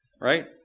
right